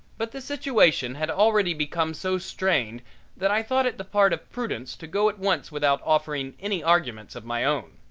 but the situation had already become so strained that i thought it the part of prudence to go at once without offering any arguments of my own.